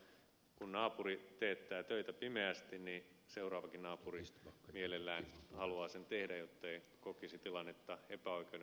kun naapuri teettää töitä pimeästi niin seuraavakin naapuri mielellään haluaa sen tehdä jottei kokisi tilannetta epäoikeudenmukaiseksi